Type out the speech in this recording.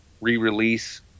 re-release